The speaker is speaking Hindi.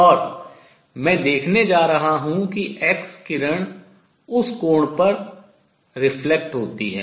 और मैं देखने जा रहा हूँ कि एक्स किरण उस कोण पर परावर्तित होती है